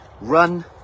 run